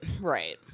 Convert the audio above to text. right